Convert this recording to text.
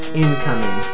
incoming